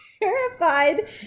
terrified